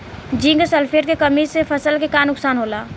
Zinc sulphate के कमी से फसल के का नुकसान होला?